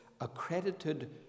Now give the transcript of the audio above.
accredited